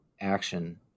action